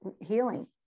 healing